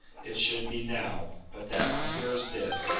it should be now, but that my fear is this,